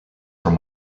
from